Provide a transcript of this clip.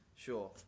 Sure